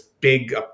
big –